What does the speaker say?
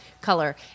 color